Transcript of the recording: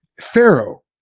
Pharaoh